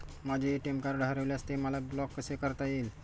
माझे ATM card हरविल्यास ते मला ब्लॉक कसे करता येईल?